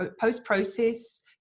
post-process